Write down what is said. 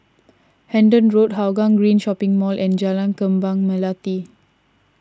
Hendon Road Hougang Green Shopping Mall and Jalan Kembang Melati